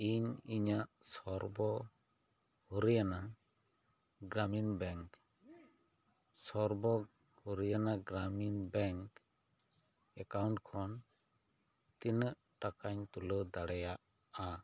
ᱤᱧ ᱤᱧᱟᱹᱜ Sarva Haryana Gramin bank Sarva Haryana Gramin bank account ᱠᱷᱚᱱ ᱛᱤᱱᱟᱹᱜ ᱴᱟᱠᱟᱧ ᱛᱩᱞᱟᱹᱣ ᱫᱟᱲᱮᱭᱟᱜᱼᱟ